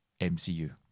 mcu